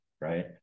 Right